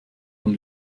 von